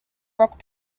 rock